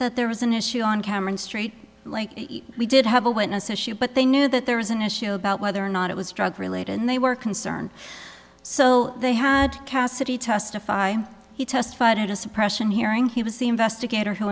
that there was an issue on cameron st like we did have a witness issue but they knew that there was an issue about whether or not it was drug related and they were concerned so they had cassidy testify he testified at a suppression hearing he was the investigator who